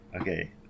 okay